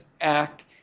Act